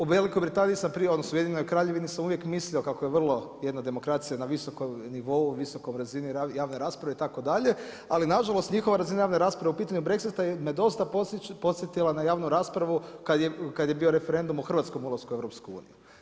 O Velikoj Britaniji sam prije, odnosno Ujedinjenoj Kraljevini mislio kako je vrlo jedna demokracija na visokom nivou, visokoj razini javne rasprave itd., ali nažalost njihova razina javne rasprave u pitanju Brexit me dosta podsjetila na javnu raspravu kada je bio referendum o hrvatskom ulasku u EU.